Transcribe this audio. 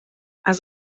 has